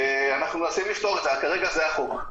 אנחנו מנסים לפתור את זה, אבל כרגע זה החוק.